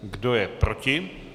Kdo je proti?